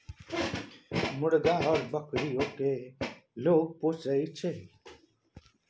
मुर्गा आउर बकरीयो केँ लोग पोसय छै